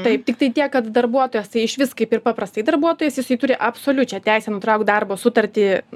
taip tiktai tiek kad darbuotojas tai išvis kaip ir paprastai darbuotojas jisai turi absoliučią teisę nutraukt darbo sutartį